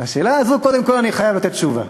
על השאלה הזאת, קודם כול, אני חייב לתת תשובה,